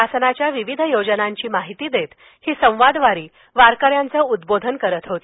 शासनाच्या विविध योजनांची माहिती देत ही संवाद वारी वारकर्यांचे उद्बोधन करीत होती